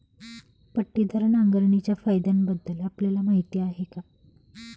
पट्टीदार नांगरणीच्या फायद्यांबद्दल आपल्याला माहिती आहे का?